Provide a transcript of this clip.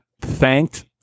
thanked